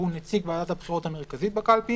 שהוא נציג ועדת הבחירות המרכזית בקלפי